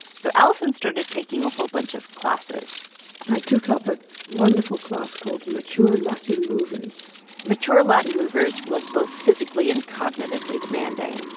so alison started taking a whole bunch of classes i took up a wonderful class called mature latin movers mature latin movers was both physically and cognitively demanding.